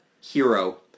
hero